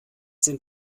sind